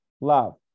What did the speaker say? love